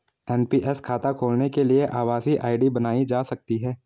NPS खाता खोलने के लिए आभासी आई.डी बनाई जा सकती है